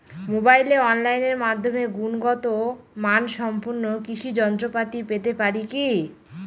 মোবাইলে অনলাইনের মাধ্যমে গুণগত মানসম্পন্ন কৃষি যন্ত্রপাতি পেতে পারি কি?